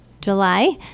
July